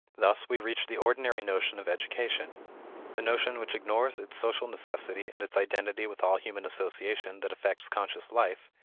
thus we reach the ordinary notion of education the notion which ignores its social necessity and its identity with all human association that affects conscious life,